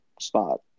spot